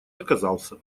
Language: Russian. отказался